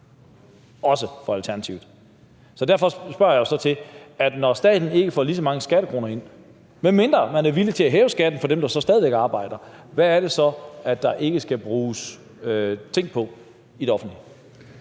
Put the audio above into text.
også for Alternativet. Derfor spørger jeg så: Når staten ikke får lige så mange skattekroner ind – medmindre man er villig til at hæve skatten for dem, der så stadig væk arbejder – hvad er det så, der ikke skal bruges penge på i det offentlige?